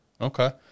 Okay